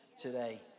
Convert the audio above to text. today